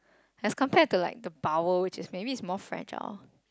as compared to like the bowel which is maybe it's more fragile